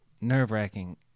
nerve-wracking